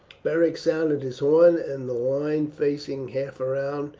beric sounded his horn, and the line facing half round,